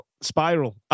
spiral